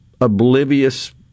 oblivious